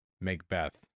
Macbeth